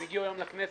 הם הגיעו היום לכנסת